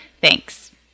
Thanks